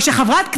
אבל כשחברת כנסת,